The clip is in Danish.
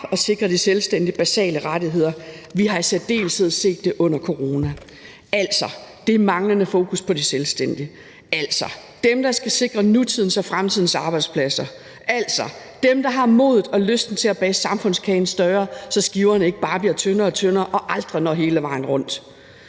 at sikre de selvstændige basale rettigheder. Vi har i særdeleshed set det under corona, altså det manglende fokus på de selvstændige, altså dem, der skal sikre nutidens og fremtidens arbejdspladser, altså dem, der har modet og lysten til at bage samfundskagen større, så skiverne ikke bare bliver tyndere og tyndere og aldrig når hele vejen rundt.